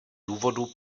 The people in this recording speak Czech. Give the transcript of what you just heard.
důvodů